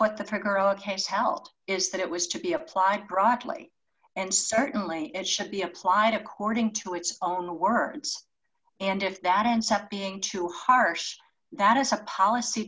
helt is that it was to be applied broadly and certainly it should be applied according to its own words and if that ends up being too harsh that is a policy